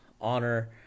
honor